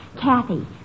Kathy